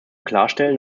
klarstellen